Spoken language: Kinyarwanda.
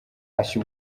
ashya